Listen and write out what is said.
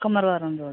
కుమ్మర వారం రోడ్